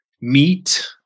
meat